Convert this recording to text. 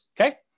okay